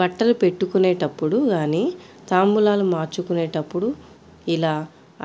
బట్టలు పెట్టుకునేటప్పుడు గానీ తాంబూలాలు మార్చుకునేప్పుడు యిలా